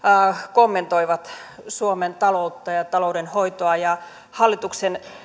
kommentoivat suomen taloutta ja ja taloudenhoitoa ja hallituksen